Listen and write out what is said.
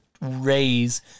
raise